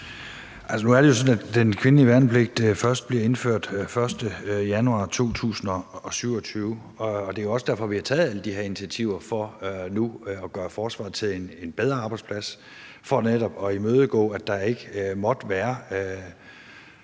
nu er det jo sådan, at den kvindelige værnepligt først bliver indført den 1. januar 2027, og det også derfor, vi nu har taget alle de her initiativer for at gøre forsvaret til en bedre arbejdsplads. Det er netop for at imødegå problemer, der måtte opstå